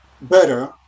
better